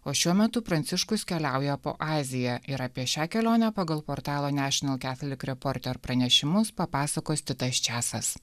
o šiuo metu pranciškus keliauja po aziją ir apie šią kelionę pagal portalo national catholic reporter pranešimus papasakos titas česas